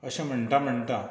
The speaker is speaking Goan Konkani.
अशें म्हणटा म्हणटा